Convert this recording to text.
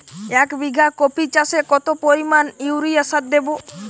এক বিঘা কপি চাষে কত পরিমাণ ইউরিয়া সার দেবো?